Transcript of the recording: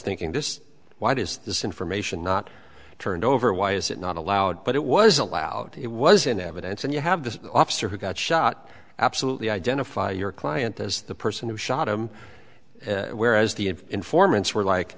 thinking this why does this information not turned over why is it not allowed but it was allowed it was in evidence and you have this officer who got shot absolutely identify your client as the person who shot him whereas the informants were like